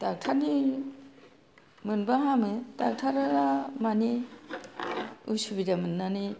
डाक्टारनि मोनबा हामो डाक्टारा मानि उसिबिदा मोननानै